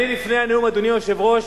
אני לפני הנאום, אדוני היושב-ראש,